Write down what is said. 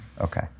Okay